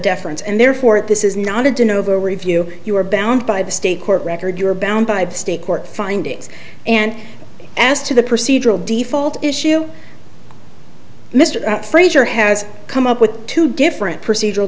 deference and therefore it this is not a do novo review you are bound by the state court record you're bound by state court findings and as to the procedural default issue mr fraser has come up with two different procedural